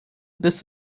biss